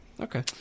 Okay